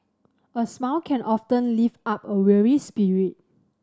a smile can often lift up a weary spirit